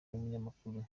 n’umunyamakuru